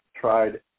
tried